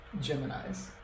gemini's